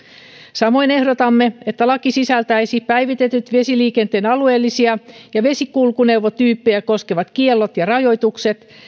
samoin ehdotamme että laki sisältäisi päivitetyt vesiliikenteen alueellisia ja vesikulkuneuvotyyppejä koskevat kiellot ja rajoitukset